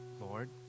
Lord